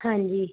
ਹਾਂਜੀ